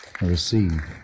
Receive